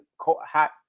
hot